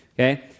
okay